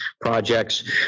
projects